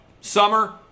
Summer